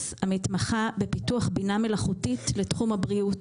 המתמחה בפיתוח בינה מלאכותית לתחום הבריאות.